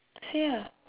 say lah